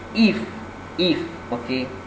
if if okay